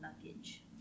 luggage